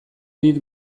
dit